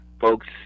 folks